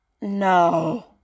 no